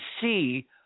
see